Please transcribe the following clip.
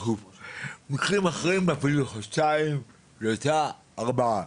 מקרים אחרים אפילו חודשיים, שלושה, ארבעה.